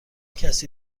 کسی